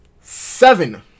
seven